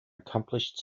accomplished